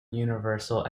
universal